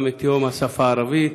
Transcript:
גם את יום השפה הערבית